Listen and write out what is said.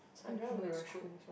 I a restaurant also